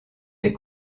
des